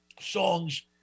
songs